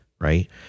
right